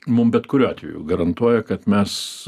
mum bet kuriuo atveju garantuoja kad mes